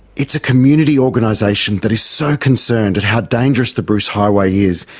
it's a community organisation that is so concerned at how dangerous the bruce highway is,